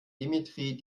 dimitri